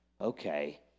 okay